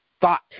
thought